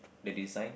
the design